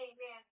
Amen